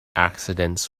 accidents